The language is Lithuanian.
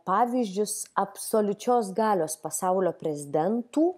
pavyzdžius absoliučios galios pasaulio prezidentų